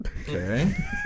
Okay